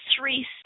three